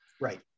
Right